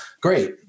Great